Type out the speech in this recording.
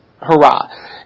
hurrah